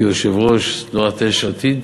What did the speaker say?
כיושב-ראש תנועת יש עתיד,